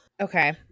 Okay